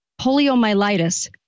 poliomyelitis